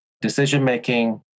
Decision-making